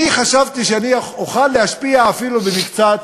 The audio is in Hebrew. אני חשבתי שאני אוכל להשפיע, אפילו במקצת,